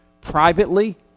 privately